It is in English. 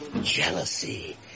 jealousy